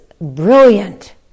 brilliant